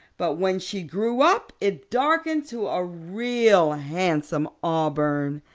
but when she grew up it darkened to a real handsome auburn.